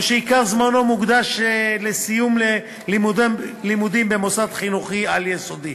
או שעיקר זמנו מוקדש לסיום לימודים במוסד חינוכי על-יסודי.